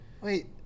Wait